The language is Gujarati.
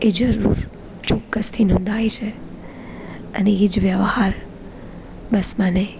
એ જરૂર ચોક્કસથી નોંધાય છે અને એ એ જ વ્યવહાર બસ મને